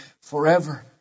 forever